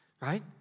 right